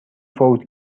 فوت